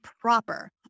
proper